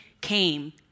came